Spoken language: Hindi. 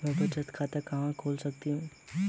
मैं बचत खाता कहां खोल सकती हूँ?